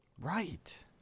right